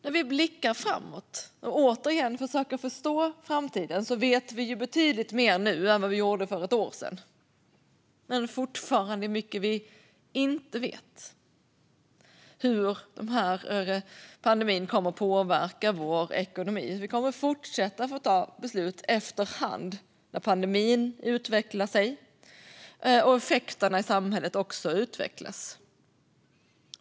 När vi blickar framåt och återigen försöker förstå framtiden vet vi betydligt mer nu än vad vi gjorde för ett år sedan. Men det är fortfarande mycket som vi inte vet när det gäller hur pandemin kommer att påverka vår ekonomi. Vi kommer att få fortsätta att fatta beslut efter hand när pandemin utvecklar sig och effekterna i samhället utvecklas.